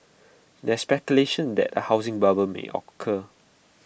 there's speculation that A housing bubble may occur